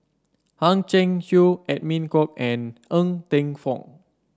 Hang Chang Chieh Edwin Koek and Ng Teng Fong